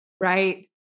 Right